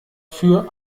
für